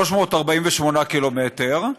348 קילומטר,